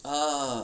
ah